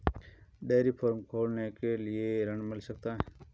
Dairy farm खोलने के लिए ऋण मिल सकता है?